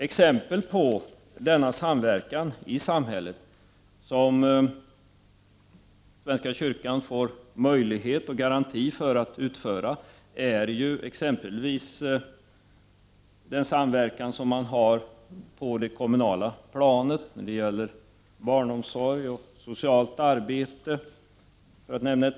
Exempel på den samverkan i samhället som svenska kyrkan får möjlighet till och garanti för är den samverkan man har på det kommunala planet när det gäller barnomsorg och socialt arbete.